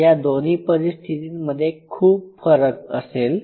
या दोन्ही परिस्थितींमध्ये खूप फरक असेल